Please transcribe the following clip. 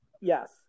Yes